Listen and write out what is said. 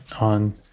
on